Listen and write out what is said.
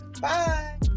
Bye